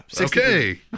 Okay